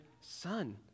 Son